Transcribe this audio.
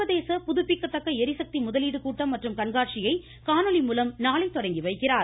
சர்வதேச புதுப்பிக்கத்தக்க ளிசக்தி முதலீடு கூட்டம் மற்றும் கண்காட்சியை காணொலி மூலம் நாளை தொடங்கி வைக்கிறார்